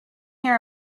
here